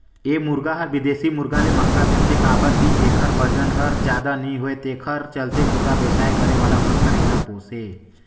ए मुरगा हर बिदेशी मुरगा ले महंगा मिलथे काबर कि एखर बजन हर जादा नई होये तेखर चलते मुरगा बेवसाय करे वाला मन हर एला पोसे